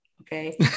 Okay